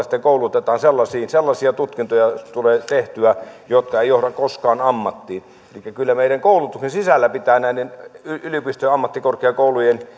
sitten koulutetaan sellaisiin tutkintoihin sellaisia tutkintoja tulee tehtyä jotka eivät johda koskaan ammattiin elikkä kyllä meidän koulutuksen sisällä pitää näiden yliopistojen ja ammattikorkeakoulujen